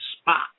spot